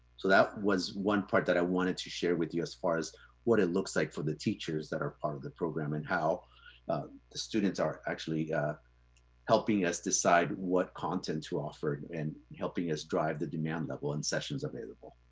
so that was one part that i wanted to share with you as far as what it looks like for the teachers that are part of the program and how the students are actually helping us decide what content to offer and helping us drive the demand level and sessions available.